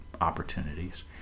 opportunities